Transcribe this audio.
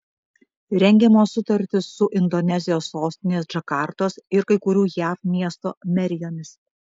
rengiamos sutartys su indonezijos sostinės džakartos ir kai kurių jav miestų merijomis